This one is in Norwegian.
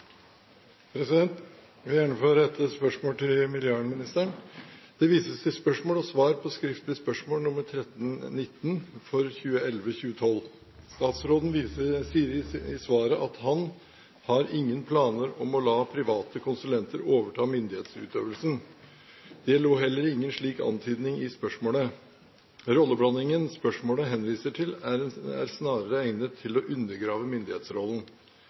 spørretimen. Jeg vil gjerne få rette et spørsmål til miljøvernministeren: «Det vises til spørsmål og svar på skriftlig spørsmål nr. 1 319 for 2011–2012. Statsråden sier i svaret at han «har ingen planer om å la private konsulenter overta denne myndighetsutøvelsen». Det lå heller ingen slik antydning i spørsmålet. Rolleblandingen spørsmålet henviser til, er snarere egnet til å undergrave myndighetsrollen.